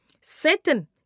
Satan